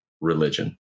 religion